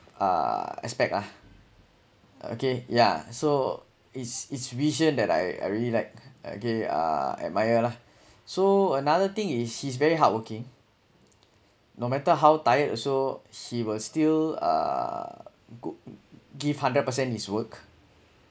uh aspect ah okay yeah so his his vision that I I really like okay uh admire lah so another thing is he's very hardworking no matter how tired also he will still uh go~ give hundred percent his work